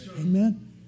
Amen